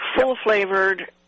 full-flavored